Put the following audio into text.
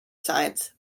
science